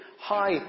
high